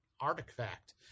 artifact